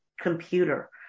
computer